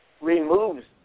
removes